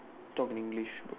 talk English